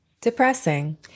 Depressing